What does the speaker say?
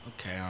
okay